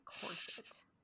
corset